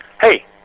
Hey